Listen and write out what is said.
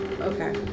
Okay